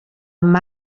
amb